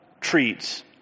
treats